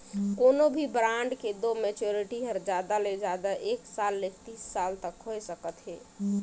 कोनो भी ब्रांड के मैच्योरिटी हर जादा ले जादा एक साल ले तीस साल तक होए सकत हे